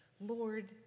Lord